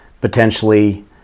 potentially